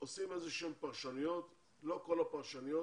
עושים איזה שהן פרשנויות ולא כל הפרשנויות